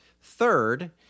Third